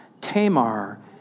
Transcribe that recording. Tamar